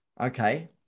Okay